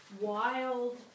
wild